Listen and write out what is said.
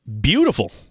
beautiful